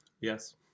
Yes